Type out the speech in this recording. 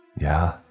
Yeah